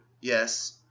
Yes